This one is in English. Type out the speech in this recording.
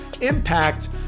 impact